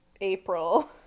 april